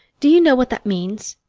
do you know what that means?